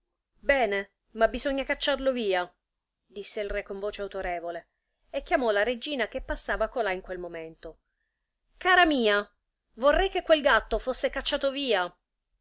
bene ma bisogna cacciarlo via disse il re con voce autorevole e chiamò la regina che passava colà in quel momento cara mia vorrei che quel gatto fosse cacciato via